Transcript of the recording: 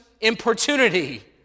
importunity